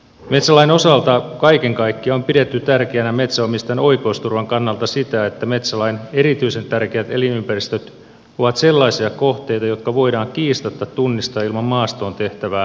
metsälain osalta kaiken kaikkiaan on pidetty tärkeänä metsänomistajan oikeusturvan kannalta sitä että metsälain erityisen tärkeät elinympäristöt ovat sellaisia kohteita jotka voidaan kiistatta tunnistaa ilman maastoon tehtävää rajausta